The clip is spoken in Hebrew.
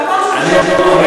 במקום שהוא שטח אש?